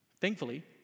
Thankfully